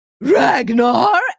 Ragnar